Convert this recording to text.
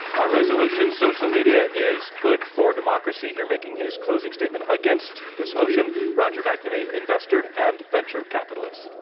our resolution social media is good for democracy. here making his closing statement against this motion, roger mcnamee, investor and venture capitalist.